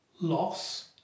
loss